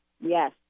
yes